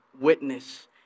witness